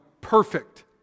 perfect